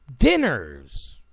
dinners